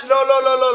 לא, לא.